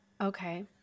Okay